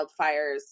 wildfires